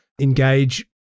engage